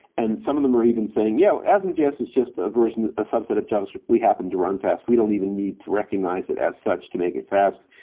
and some of them are even saying, yeah, asm js is just a subset of javascript. we happen to run fast. we don't even need to recognize it as such to make it fast.